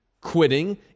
quitting